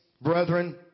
brethren